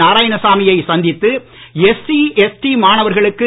நாராயணசாமியை சந்தித்து SC ST மாணவர்களுக்கு we